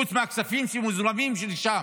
חוץ מהכספים שמוזרמים לשם,